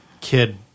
kid